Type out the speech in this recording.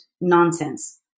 nonsense